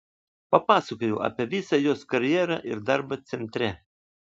papasakojau apie visą jos karjerą ir darbą centre